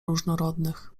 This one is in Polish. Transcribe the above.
różnorodnych